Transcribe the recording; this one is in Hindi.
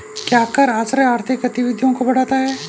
क्या कर आश्रय आर्थिक गतिविधियों को बढ़ाता है?